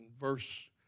verse